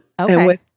Okay